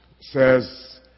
says